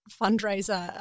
fundraiser